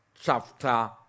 Chapter